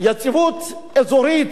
ביציבות אזורית,